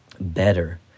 better